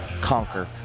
conquer